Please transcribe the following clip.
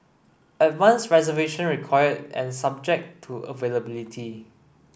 advanced reservation required and subject to availability